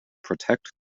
protect